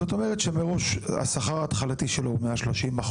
זאת אומרת שמראש השכר ההתחלתי שלו הוא 130%,